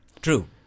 True